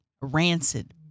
rancid